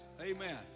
Amen